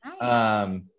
Nice